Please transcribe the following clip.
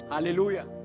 Hallelujah